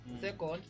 second